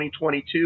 2022